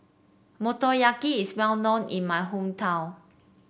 motoyaki is well known in my hometown